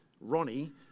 Ronnie